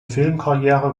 filmkarriere